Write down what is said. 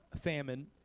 famine